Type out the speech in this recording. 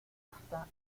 asta